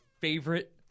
favorite